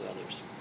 others